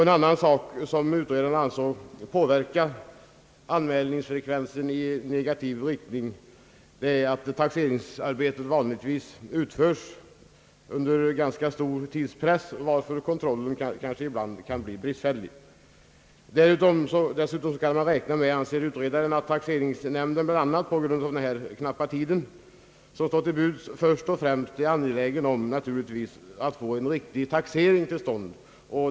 En annan sak, som utredaren ansåg påverka anmälningsfrekvensen i negativ riktning är, att taxeringsarbetet vanligtvis utförs under ganska stor tidspress, varför kontrollen ibland kan bli bristfällig. Dessutom kan man räkna med, anser utredaren, att taxeringsnämnderna, bl.a. på grund av den knappa tid som står till buds, först och främst naturligtvis är angelägna om att få en riktig taxering till stånd.